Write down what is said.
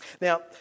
Now